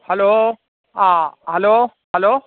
hello ആ hello hello